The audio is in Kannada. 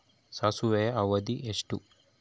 ಸಾಸಿವೆಯ ಅವಧಿ ಎಷ್ಟು?